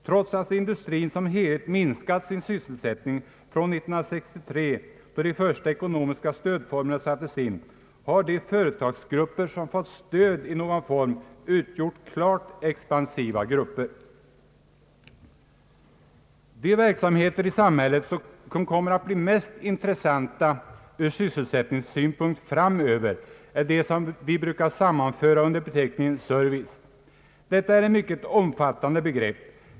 Trots att industrin som helhet minskat sin sysselsättning från är 1963, då de första ekonomiska stödformerna sattes in, har de företagsgrupper som fått stöd i någon form utgjorts av klart expansiva grupper. De verksamheter i samhället som kommer att bli mest intressanta ur sysselsättningssynpunkt framöver är de som vi brukar sammanföra under beteckningen service. Detta är ett mycket omfattande begrepp.